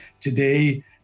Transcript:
today